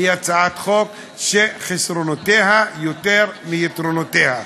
היא הצעת חוק שחסרונותיה רבים מיתרונותיה.